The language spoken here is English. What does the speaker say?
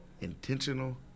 intentional